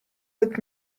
that